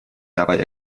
dabei